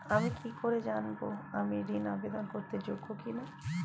আমি কি করে জানব আমি ঋন আবেদন করতে যোগ্য কি না?